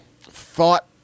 thought